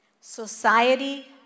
society